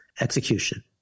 execution